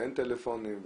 ואין טלפונים,